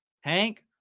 Hank